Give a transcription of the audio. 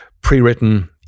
pre-written